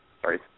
Sorry